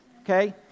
okay